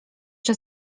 czas